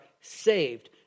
saved